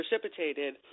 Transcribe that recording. precipitated